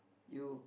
you